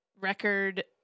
record